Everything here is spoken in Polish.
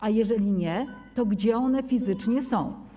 A jeżeli nie, to gdzie one fizycznie są?